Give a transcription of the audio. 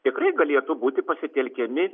tikrai galėtų būti pasitelkiami